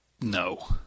No